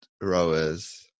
rowers